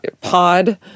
pod